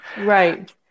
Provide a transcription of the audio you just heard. Right